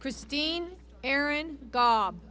christine aaron go